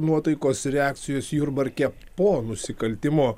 nuotaikos ir reakcijos jurbarke po nusikaltimo